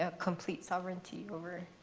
ah complete sovereignty over